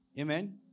Amen